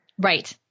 Right